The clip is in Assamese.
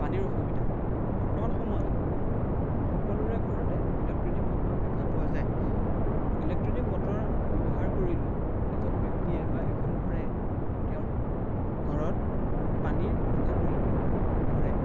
পানীৰ অসুবিধা বৰ্তমান সময়ত সকলোৰে ঘৰতে ইলেক্ট্ৰনিক মটৰ দেখা পোৱা যায় ইলেক্ট্ৰনিক মটৰৰ ব্যৱহাৰ কৰি লৈ এজন ব্যক্তিয়ে বা এখন ঘৰে তেওঁৰ ঘৰত পানীৰ যোগান ধৰে